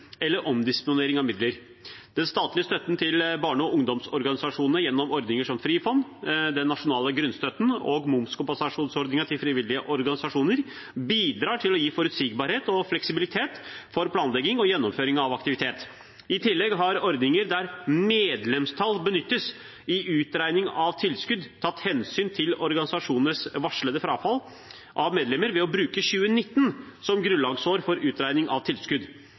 eller omdisponering av midler. Den statlige støtten til barne- og ungdomsorganisasjonene gjennom ordninger som Frifond, den nasjonale grunnstøtten og momskompensasjonsordningen til frivillige organisasjoner bidrar til å gi forutsigbarhet og fleksibilitet for planlegging og gjennomføring av aktivitet. I tillegg har ordninger der medlemstall benyttes i utregning av tilskudd, tatt hensyn til organisasjonenes varslede frafall av medlemmer ved å bruke 2019 som grunnlagsår for utregning av tilskudd.